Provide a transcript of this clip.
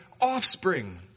offspring